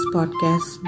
Podcast